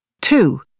Two